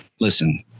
listen